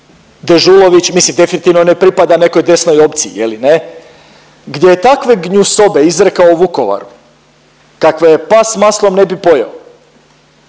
gdje je takve gnjusobe izrekao o Vukovaru kakve pas s maslom ne bi pojeo